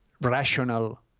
rational